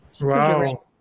Wow